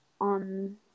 on